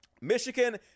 Michigan